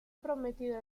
prometido